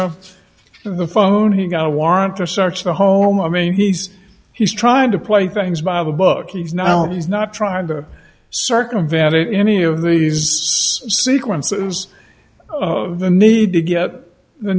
of the phone he got a warrant to search the home i mean he's he's trying to play things by a bookies now and he's not trying to circumvent any of these sequences the need to get the